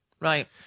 Right